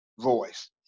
voice